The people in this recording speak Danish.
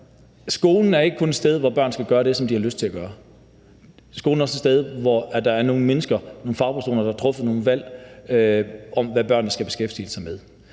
Skolen ikke kun et sted, hvor børn skal gøre det, som de har lyst til at gøre. Skolen er også et sted, hvor der er nogle mennesker, nogle fagpersoner, der har truffet nogle valg om, hvad børnene skal beskæftige sig med,